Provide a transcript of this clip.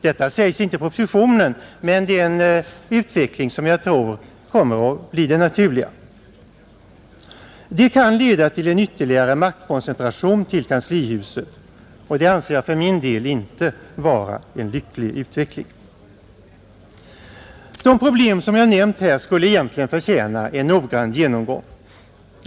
Detta sägs inte i propositionen, men det är en utveckling som jag tror kommer att bli den naturliga, Den kan leda till en ytterligare maktkoncentration till kanslihuset, och det anser jag för min del inte vara en lycklig utveckling. De problem som jag nämnt här skulle egentligen förtjäna en noggrann genomgång.